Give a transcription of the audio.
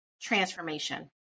transformation